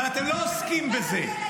אבל אתם לא עוסקים בזה.